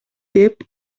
деп